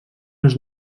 les